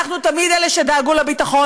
אנחנו תמיד אלה שדאגנו לביטחון.